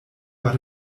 war